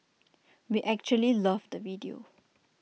we actually loved the video